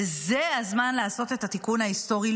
וזה הזמן לעשות את התיקון ההיסטורי.